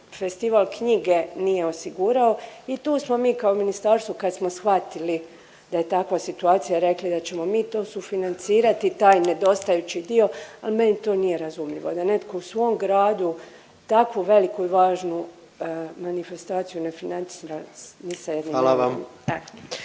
festival knjige nije osigurao i tu smo mi kao ministarstvo kad smo shvatili da je takva situacija, rekli da ćemo mi to sufinancirati, taj nedostajući dio, ali meni to nije razumljivo, da netko u svom gradu takvu veliku i važnu manifestaciju ne financira ni sa .../Govornik